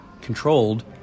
controlled